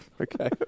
okay